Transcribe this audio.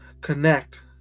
connect